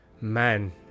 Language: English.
man